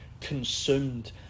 consumed